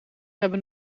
hebben